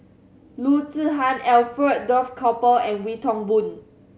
Loo Zihan Alfred Duff Cooper and Wee Toon Boon